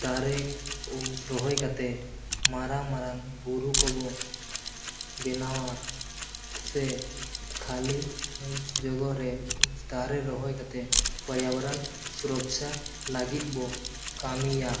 ᱫᱟᱨᱮ ᱨᱚᱦᱚᱭ ᱠᱟᱛᱮ ᱢᱟᱨᱟᱝ ᱢᱟᱨᱟᱝ ᱵᱩᱨᱩ ᱠᱚᱵᱚ ᱵᱮᱱᱟᱣᱟ ᱥᱮ ᱠᱷᱟᱞᱤ ᱡᱚᱜᱚᱨᱮ ᱫᱟᱨᱮ ᱨᱚᱦᱚᱭ ᱠᱟᱛᱮ ᱯᱚᱨᱭᱟᱵᱚᱨᱚᱱ ᱥᱩᱨᱚᱠᱪᱷᱟ ᱞᱟᱹᱜᱤᱫ ᱵᱚ ᱠᱟᱹᱢᱤᱭᱟ